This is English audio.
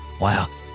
Wow